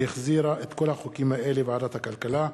את כל החוקים האלה החזירה ועדת הכלכלה.